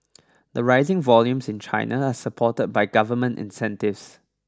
the rising volumes in China are supported by government incentives